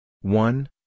One